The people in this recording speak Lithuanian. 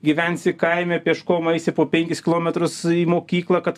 gyvensi kaime pėškom eisi po penkis kilometrus į mokyklą kad